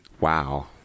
Wow